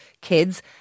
kids